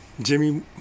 jimmy